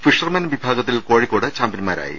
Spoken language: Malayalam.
ഫിഷർമെൻ വിഭാഗത്തിൽ കോഴിക്കോട് ചാമ്പ്യൻമാരായി